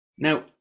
Now